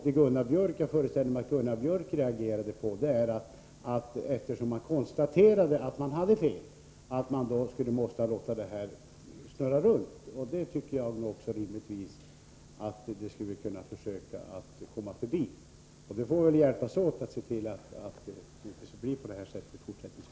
Vad jag och, som jag föreställer mig, även Gunnar Biörck har reagerat mot var att man, trots att det medgivits att fel begåtts, inte kunde rätta till beslutet. Jag tycker att vi rimligtvis måste kunna komma till rätta med sådana felaktigheter. Vi får väl fortsättningsvis försöka hjälpas åt med att se till att sådana inte kan inträffa igen.